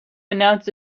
announce